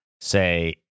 say